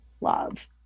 love